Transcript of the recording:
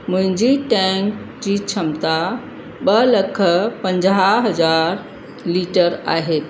मुंहिंजी टैंक जी क्षमता ॿ लख पंजाह हज़ार लीटर आहे